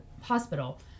hospital